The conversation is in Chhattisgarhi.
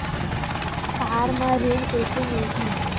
कार म ऋण कइसे मिलही?